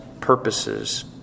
purposes